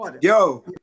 yo